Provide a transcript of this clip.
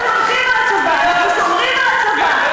אנחנו הולכים לצבא, אנחנו שומרים על הצבא,